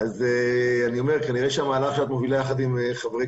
אז כנראה שהמהלך שאת מובילה יחד עם חברי